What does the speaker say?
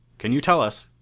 can you tell us?